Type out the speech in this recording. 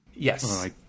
Yes